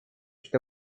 что